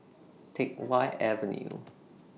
Teck Whye Avenue